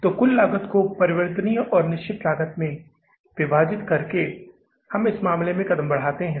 तो कुल लागत को परिवर्तनीय और निश्चित लागत में विभाजित करके हम इस मामले में कदम बढ़ाते हैं